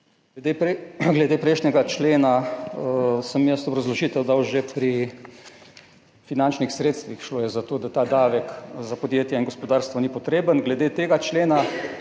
Glede prejšnjega člena sem jaz obrazložitev dal že pri finančnih sredstvih. Šlo je za to, da ta davek za podjetja in gospodarstvo ni potreben. Glede tega člena